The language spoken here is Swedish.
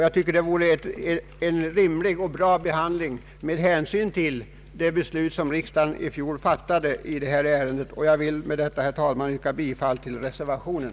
Jag tycker att det vore en rimlig och bra behandling med hänsyn till det beslut som riksdagen i fjol fattade i detta ärende. Herr talman! Med det anförda ber jag att få yrka bifall till reservationen.